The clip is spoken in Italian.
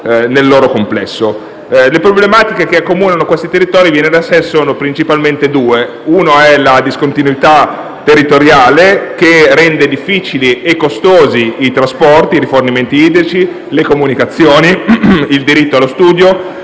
nel loro complesso. Le problematiche che accomunano questi territori - viene da sé - sono principalmente due. La prima è la discontinuità territoriale, che rende difficili e costosi i trasporti, i rifornimenti idrici, le comunicazioni, il diritto allo studio